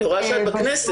אני רואה שאת בכנסת?